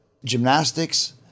Gymnastics